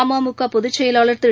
அம்முக பொதுச்செயலாளர் திரு